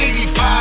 85